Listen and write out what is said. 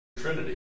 Trinity